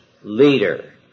leader